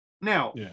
now